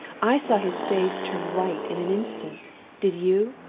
i saw his face turn white in an instant did you?